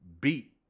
beat